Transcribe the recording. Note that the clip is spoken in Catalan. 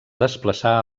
desplaçar